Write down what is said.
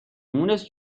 مونس